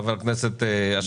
חבר הכנסת אשר,